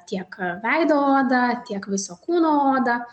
tiek veido odą tiek viso kūno odą